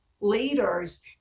leaders